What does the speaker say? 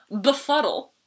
Befuddle